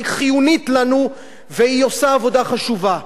היא חיונית לנו והיא עושה עבודה חשובה.